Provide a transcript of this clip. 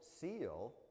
seal